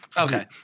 Okay